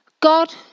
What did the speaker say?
God